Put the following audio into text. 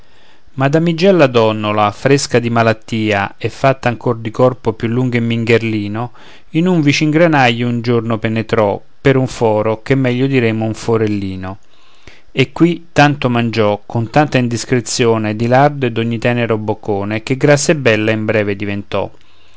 nel granaio madamigella donnola fresca di malattia e fatta ancor di corpo più lungo e mingherlino in un vicin granaio un giorno penetrò per un foro che meglio diremo un forellino e qui tanto mangiò con tanta indiscrezione di lardo e d'ogni tenero boccone che grassa e bella in breve diventò